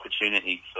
opportunity